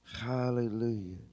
Hallelujah